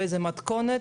באיזה מתכונת?